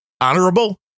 honorable